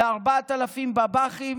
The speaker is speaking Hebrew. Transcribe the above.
ו-4,000 בב"חים,